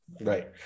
right